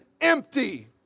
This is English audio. empty